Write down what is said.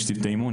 יש צוותי אמון,